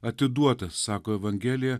atiduotas sako evangelija